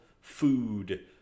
Food